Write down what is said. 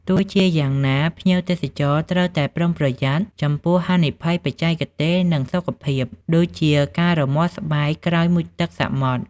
ទោះជាយ៉ាងណា ភ្ញៀវទេសចរត្រូវតែប្រុងប្រយ័ត្នចំពោះហានិភ័យបច្ចេកទេស និងសុខភាព ដូចជា ការរមាស់ស្បែកក្រោយមុជទឹកសមុទ្រ។